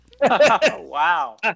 Wow